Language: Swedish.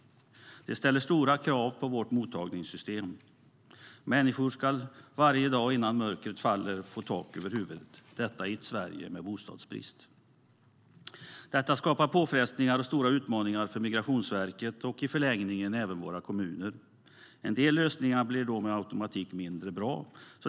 Det ställer stora krav på vårt mottagningssystem. Människor ska varje dag innan mörkret faller få tak över huvudet, detta i ett Sverige med bostadsbrist. Detta skapar påfrestningar och stora utmaningar för Migrationsverket och i förlängningen även våra kommuner. En del lösningar blir då med automatik mindre bra.